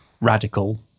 radical